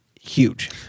huge